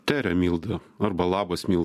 tere milda arba labas milda